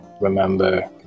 remember